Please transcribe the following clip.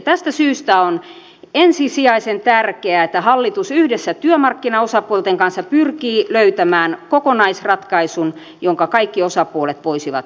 tästä syystä on ensisijaisen tärkeää että hallitus yhdessä työmarkkinaosapuolten kanssa pyrkii löytämään kokonaisratkaisun jonka kaikki osapuolet voisivat hyväksyä